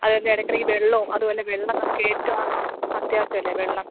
അതും അല്ല ഇടയ്ക്കിടയ്ക്ക് വെള്ളവും അതുപോലെ വെള്ളം നമുക്ക് ഏറ്റവും അത്യാവശ്യം അല്ലേ വെളളം